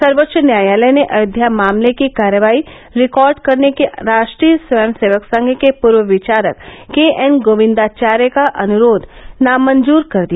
सर्वोच्च न्यायालय ने अयोध्या मामले की कार्यवाही रिकॉर्ड करने के राष्ट्रीय स्वयं सेवक संघ के पूर्व विचारक के एन गोविंदाचार्य का अनुरोध नामंजूर कर दिया